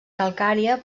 calcària